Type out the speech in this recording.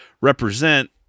represent